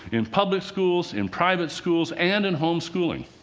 in public schools, in private schools and in home schooling.